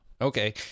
Okay